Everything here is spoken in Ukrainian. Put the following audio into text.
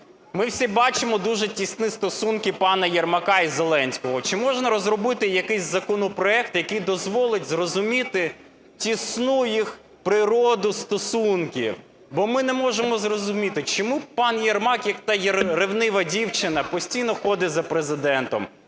Ми всі бачимо дуже тісні стосунки пана Єрмака і Зеленського. Чи можна розробити якийсь законопроект, який дозволить зрозуміти тісну їх природу стосунків? Бо ми не можемо зрозуміти, чому пан Єрмак, як та ревнива дівчина, постійно ходить за Президентом,